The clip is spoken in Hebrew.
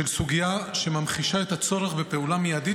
סוגיה שממחישה את הצורך בפעולה מיידית